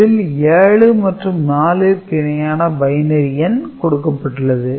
இதில் 7 மற்றும் 4 ற்கு இணையான பைனரி எண் கொடுக்கப்பட்டுள்ளது